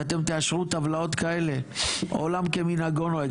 ואתם תאשרו טבלאות כאלה, עולם כמנהגו נוהג.